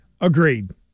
Agreed